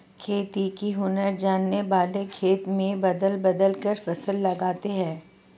खेती का हुनर जानने वाले खेत में बदल बदल कर फसल लगाते हैं